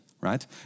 right